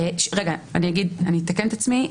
אני אתקן את עצמי,